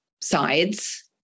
sides